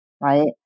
right